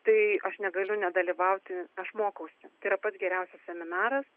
tai aš negaliu nedalyvauti aš mokausi tai yra pats geriausias seminaras